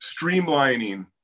streamlining